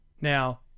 Now